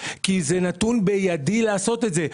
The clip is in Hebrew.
כי נתון בידי לעשות את זה.